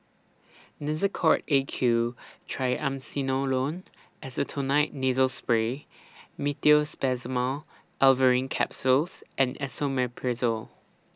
Nasacort A Q Triamcinolone Acetonide Nasal Spray Meteospasmyl Alverine Capsules and Esomeprazole